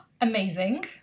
Amazing